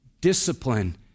Discipline